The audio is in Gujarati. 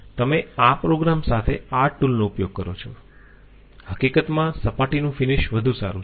તમે આ પ્રોગ્રામ સાથે આ ટૂલનો ઉપયોગ કરો છો હકીકતમાં સપાટીનું ફિનિશ વધુ સારું છે